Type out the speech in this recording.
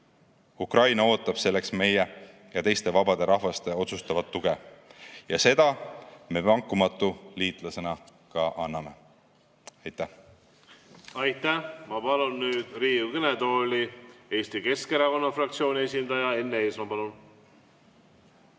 Ukraina ootab selleks meie ja teiste vabade rahvaste otsustavat tuge ja seda me vankumatu liitlasena ka anname. Aitäh! Aitäh! Ma palun nüüd Riigikogu kõnetooli Eesti Keskerakonna fraktsiooni esindaja Enn Eesmaa. Palun!